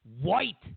white